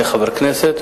כחבר הכנסת,